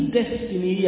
destiny